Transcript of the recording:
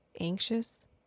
anxious